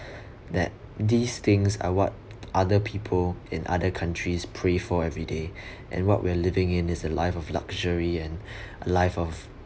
that these things are what other people in other countries pray for every day and what we're living in is a life of luxury and a life of